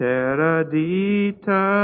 Teradita